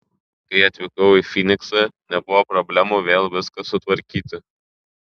kai atvykau į fyniksą nebuvo problemų vėl viską sutvarkyti